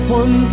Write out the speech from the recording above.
one